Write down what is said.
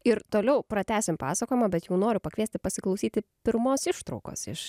ir toliau pratęsim pasakojimą bet jau noriu pakviesti pasiklausyti pirmos ištraukos iš